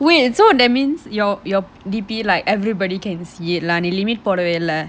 wait so that means your your D_P like everybody can see it lah நீ:nee limit போடவே இல்ல:podave illa